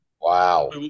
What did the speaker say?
wow